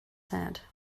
said